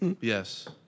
Yes